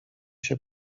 się